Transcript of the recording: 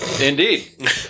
indeed